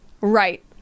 Right